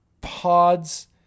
pods